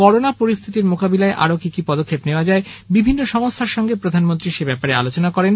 corona পরিস্থিতি মোকাবিলায় আরও কি কি পদক্ষেপ নেওয়া দরকার বিভিন্ন সংস্থার সঙ্গে প্রধানমন্ত্রী সে ব্যাপারে আলোচনা করেন